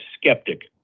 skeptic